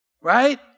Right